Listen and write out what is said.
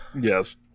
Yes